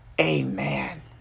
Amen